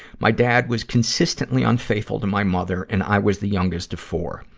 my dad was consistently unfaithful to my mother, and i was the youngest of four.